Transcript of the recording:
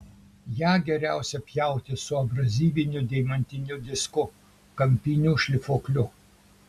ją geriausia pjauti su abrazyviniu deimantiniu disku kampiniu šlifuokliu